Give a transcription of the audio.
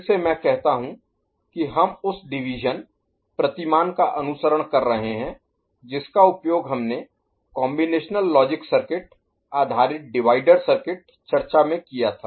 फिर से मैं कहता हूं कि हम उस डिवीज़न Division विभाजन प्रतिमान का अनुसरण कर रहे हैं जिसका उपयोग हमने कॉम्बिनेशनल लॉजिक सर्किट आधारित डिवाइडर सर्किट चर्चा में किया था